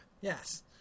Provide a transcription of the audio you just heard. Yes